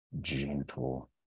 gentle